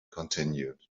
continued